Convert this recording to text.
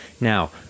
Now